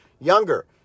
younger